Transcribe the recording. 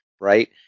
Right